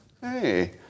hey